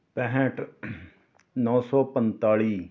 ਪੈਂਹਠ ਨੌਂ ਸੌ ਪੰਤਾਲੀ